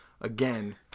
again